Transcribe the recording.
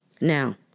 Now